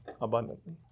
abundantly